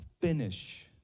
Finish